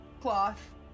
cloth